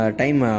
time